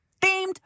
Themed